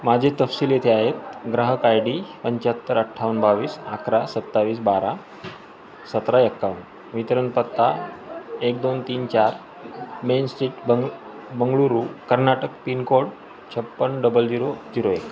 माझे तपशील येथे आहेत ग्राहक आय डी पंच्याहत्तर अठ्ठावन्न बावीस अकरा सत्तावीस बारा सतरा एक्कावन्न वितरण पत्ता एक दोन तीन चार मेन स्ट्रीट बंग बंगळुरू कर्नाटक पिनकोड छप्पन्न डबल झिरो झिरो एक